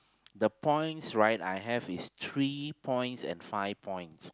the points right I have is three points and five points